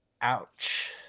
Ouch